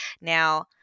Now